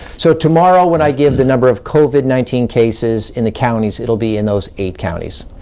so tomorrow when i give the number of covid nineteen cases in the counties it'll be in those eight counties.